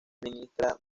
ministra